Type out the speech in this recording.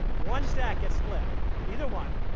one stack gets split either one.